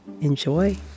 enjoy